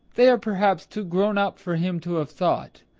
they are perhaps too grown-up for him to have thought,